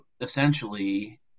essentially